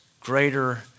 Greater